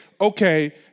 okay